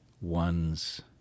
one's